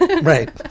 Right